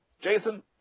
Jason